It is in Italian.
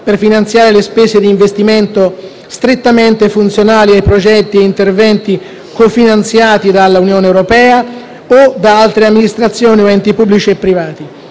per finanziare le spese di investimento strettamente funzionali ai progetti e interventi cofinanziati dall'Unione europea o da altre amministrazioni o enti, pubblici o privati;